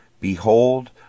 behold